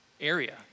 area